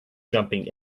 jumping